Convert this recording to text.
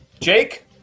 Jake